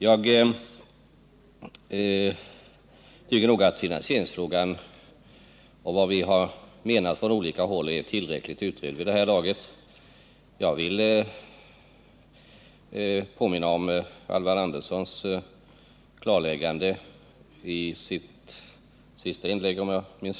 Jag tycker att finansieringsfrågan och våra åsikter härvidlag är tillräckligt utredda vid det här laget. Jag vill påminna om Alvar Anderssons klarläggande i sitt, om jag minns rätt, senaste inlägg.